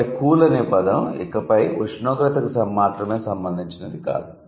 కాబట్టి 'కూల్' అనే పదం ఇకపై ఉష్ణోగ్రతకి మాత్రమే సంబంధించినది కాదు